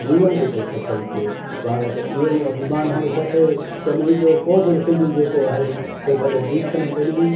जीवन जेको सफल थिए पाण खे इहो ई अभिमानु हुजणु खपे त मुंहिंजो को बि सिंधी जेको आहे त कॾहिं बीख न वञे